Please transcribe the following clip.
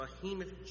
behemoth